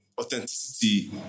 authenticity